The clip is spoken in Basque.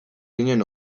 ginen